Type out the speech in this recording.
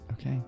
okay